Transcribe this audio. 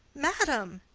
madam,